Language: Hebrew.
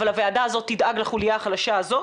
אבל הוועדה הזאת תדאג לחוליה החלשה הזאת.